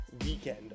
weekend